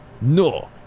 No